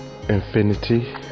infinity